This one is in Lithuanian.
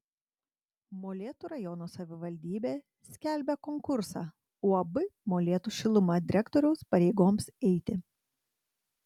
molėtų rajono savivaldybė skelbia konkursą uab molėtų šiluma direktoriaus pareigoms eiti